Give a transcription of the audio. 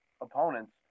opponents